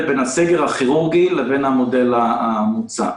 בין הסגר הכירורגי לבין המודל המוצע.